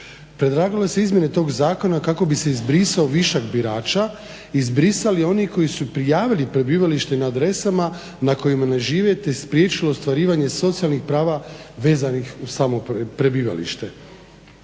Predlagale su se izmjene tog zakona kako bi se izbrisao višak birača, izbrisali oni koji su prijavili prebivalište na adresama na kojima ne žive te spriječilo ostvarivanje socijalnih prava vezanih uz samo prebivalište.